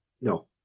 No